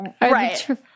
Right